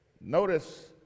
Notice